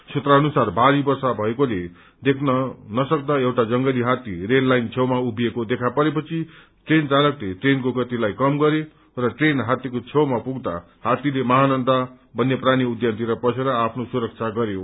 सूत्र अनुसार भारी वर्षा भएकोले देख्न न सक्दा एउट जंगली हात्ती रेल लाइन छेउमा उभिएको देख परे पछि ट्रेन चालकले ट्रेनको गतिलाई कम गरे र ट्रेन हात्तीको छेउमा पुग्दा हात्ती महानन्दा बन्यप्राणी उध्यमान तिर पसेर आफ्नो सुरक्षा गरो